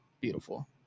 Beautiful